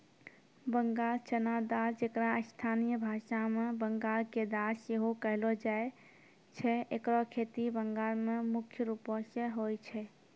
बंगाल चना दाल जेकरा स्थानीय भाषा मे बंगाल के दाल सेहो कहलो जाय छै एकरो खेती बंगाल मे मुख्य रूपो से होय छै